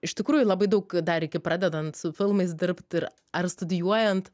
iš tikrųjų labai daug dar iki pradedant su filmais dirbt ir ar studijuojant